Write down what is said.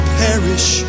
perish